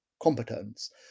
competence